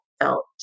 felt